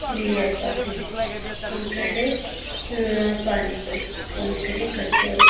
new year ಪಾರ್ಟಿಯಲ್ಲಿ ಒಂದು ಕಡೆ ಪಾನಿಪುರಿ ಒಂದು ಕಡೆ ಕಚೋರಿ